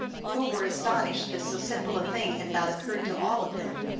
who were astonished that so simple a thing had not occurred to all of them.